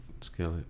skillet